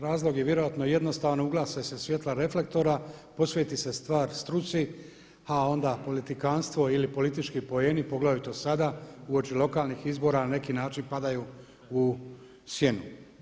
Razlog je vjerojatno jednostavan ugase se svjetla reflektora, posveti se stvar struci, a onda politikantstvo ili politički poeni poglavito sada uoči lokalnih izbora na neki način padaju u sjenu.